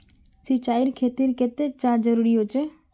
सिंचाईर खेतिर केते चाँह जरुरी होचे?